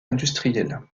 industrielle